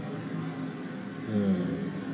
mm